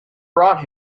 brought